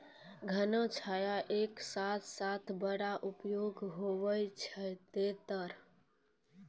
घना छाया के साथ साथ बड़ा उपयोगी होय छै तेतर